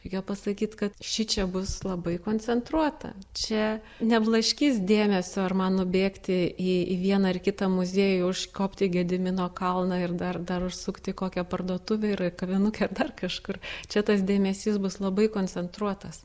reikia pasakyt kad šičia bus labai koncentruota čia neblaškys dėmesio ar man nubėgti į į vieną ar kitą muziejų užkopt į gedimino kalną ir dar dar užsukt į kokią parduotuvę ir kavinukę ir dar kažkur čia tas dėmesys bus labai koncentruotas